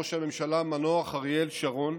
ראש הממשלה המנוח אריאל שרון: